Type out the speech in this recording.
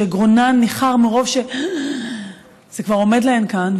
שגרונן ניחר מרוב שזה כבר עומד להן כאן,